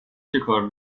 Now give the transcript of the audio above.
چکار